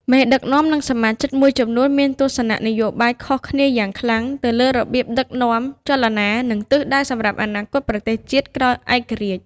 មេដឹកនាំ និងសមាជិកមួយចំនួនមានទស្សនៈនយោបាយខុសគ្នាយ៉ាងខ្លាំងទៅលើរបៀបដឹកនាំចលនា និងទិសដៅសម្រាប់អនាគតប្រទេសជាតិក្រោយឯករាជ្យ។